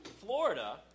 Florida